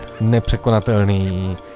nepřekonatelný